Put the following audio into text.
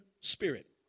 Spirit